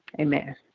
Amen